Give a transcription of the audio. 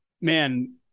Man